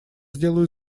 сделаю